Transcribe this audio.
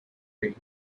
rain